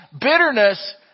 bitterness